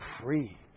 free